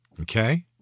Okay